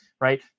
right